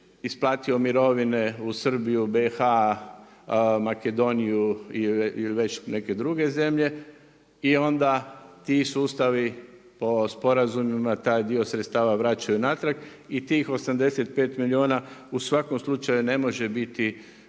isplatio mirovine u Srbiju, BiH-a, Makedoniju i već neke druge zemlje i onda ti sustav po sporazumima, taj dio sredstava vraćaju natrag i tih 85 milijuna u svakom slučaju ne mogu biti